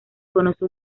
conoce